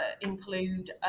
include